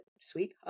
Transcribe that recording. sweet